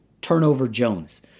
Turnover-Jones